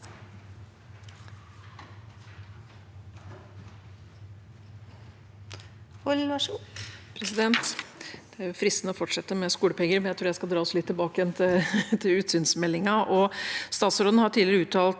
Det er fristende å fort- sette med skolepenger, men jeg tror vi skal dra oss litt tilbake til utsynsmeldingen. Statsråden har tidligere uttalt